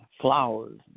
flowers